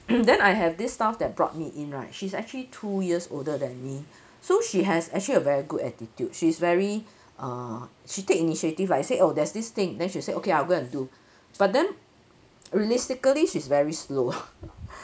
then I have this staff that brought me in right she's actually two years older than me so she has actually a very good attitude she's very uh she take initiative I say oh there's this thing then she'll say okay I'll go and do but then realistically she's very slow